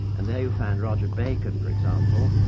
and you find roger bacon, for example,